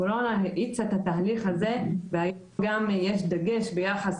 הקורונה האיצה את התהליך הזה והיום גם יש דגש ביחס